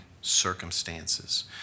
circumstances